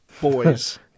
boys